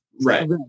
Right